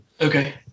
Okay